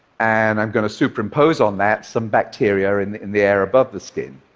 and i'm going to superimpose on that some bacteria in the in the air above the skin.